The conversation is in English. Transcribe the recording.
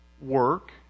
work